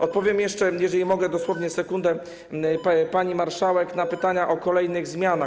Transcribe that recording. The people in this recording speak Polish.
Odpowiem jeszcze - jeżeli mogę, dosłownie sekundę, pani marszałek - na pytania o kolejne zmiany.